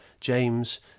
James